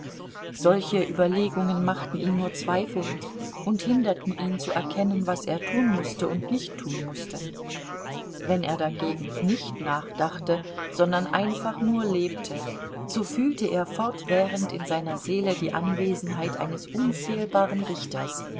solche überlegungen machten ihn nur zweifelnd und hinderten ihn zu erkennen was er tun mußte und nicht tun mußte wenn er dagegen nicht nachdachte sondern einfach nur lebte so fühlte er fortwährend in seiner seele die anwesenheit eines unfehlbaren richters